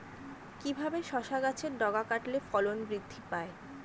কিভাবে শসা গাছের ডগা কাটলে ফলন বৃদ্ধি পায়?